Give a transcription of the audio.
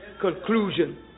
conclusion